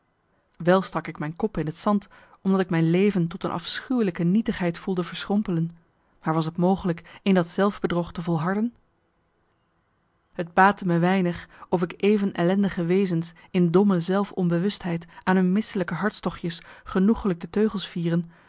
wel stak ik mijn kop in het zand omdat ik mijn leven tot een afschuwelijke nietigheid voelde verschrompelen maar was t mogelijk in dat zelfbedrog te volharden het baatte me weinig of ik even ellendige wezens in domme zelf onbewustheid aan hun misselijke hartstochtjes genoegelijk de teugels vieren